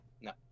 No